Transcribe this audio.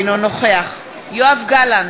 אינו נוכח יואב גלנט,